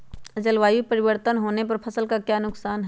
जलवायु परिवर्तन होने पर फसल का क्या नुकसान है?